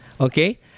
Okay